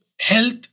health